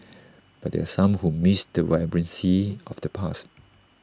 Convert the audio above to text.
but there are some who miss the vibrancy of the past